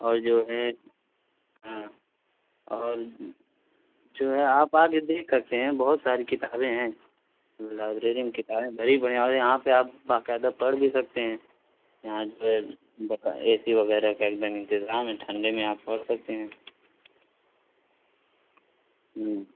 اور جو ہے ہاں اور جو ہے آپ آکے دیکھ سکتے ہیں بہت ساری کتابیں ہیں لائبریری میں کتابیں بھری پڑی اور یہاں پہ آپ باقاعدہ پڑھ بھی سکتے ہیں یہاں جو ہے اے سی وغیرہ کا ایک دم انتظام ہے ٹھنڈے میں آپ پڑھ سکتے ہیں ہوں